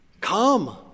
come